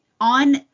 on